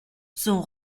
son